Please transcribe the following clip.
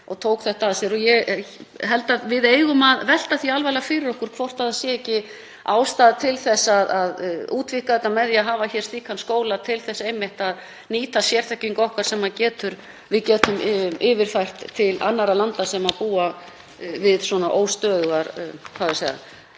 og tók þetta að sér. Ég held að við eigum að velta því alvarlega fyrir okkur hvort ekki sé ástæða til þess að útvíkka þetta með því að hafa hér slíkan skóla til þess einmitt að nýta sérþekkingu okkar sem við getum yfirfært til annarra landa sem búa við svona óstöðugar hræringar